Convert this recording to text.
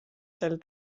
sel